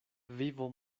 vivo